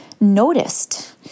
noticed